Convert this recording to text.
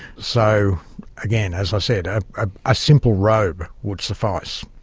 so again, as i said, a ah ah simple robe would suffice.